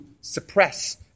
suppress